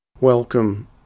Welcome